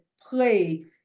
play